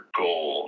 goal